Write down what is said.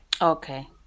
Okay